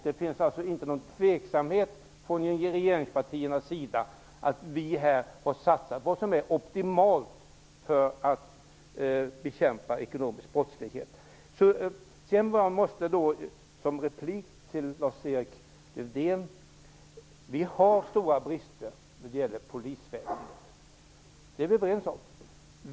Det finns alltså inte någon tveksamhet hos regeringspartierna om att vi har satsat optimalt för att bekämpa ekonomisk brottslighet. Det finns stora brister i polisväsendet. Det är vi överens om.